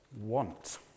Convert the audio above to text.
Want